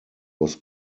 was